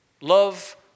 Love